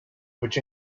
which